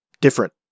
different